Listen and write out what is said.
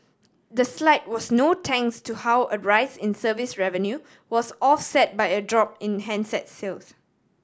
the slide was no thanks to how a rise in service revenue was offset by a drop in handset sales